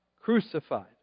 crucified